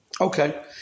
Okay